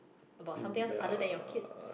about something else other than your kids